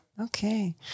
Okay